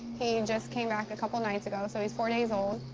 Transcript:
he just came back a couple nights ago, so he's four days old.